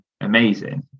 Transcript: amazing